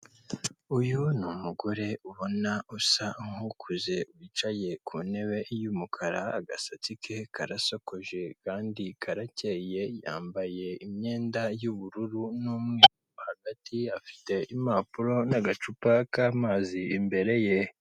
Uyu ni umugore ubona usa nk'ukuze wicaye ku ntebe y'umukara agasatsi ke karasokoje kandi karakeye, yambaye imyenda y'ubururu n'umweru, hagati afite impapuro n'agacupa k'amazi imbere ye.